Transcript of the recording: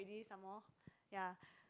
already some more ya